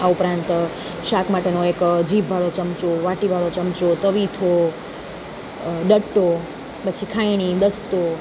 આ ઉપરાંત શાક માટેનો એક જીભવાળો ચમચો વાટીવાળો ચમચો તવિથો પછી ડટ્ટો પછી ખાયણી દસ્તો